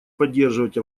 поддерживать